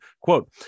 quote